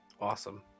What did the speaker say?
Awesome